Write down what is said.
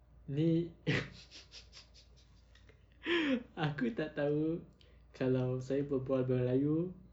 ini aku tak tahu kalau saya berbual melayu